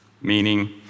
meaning